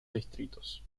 distritos